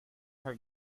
her